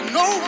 no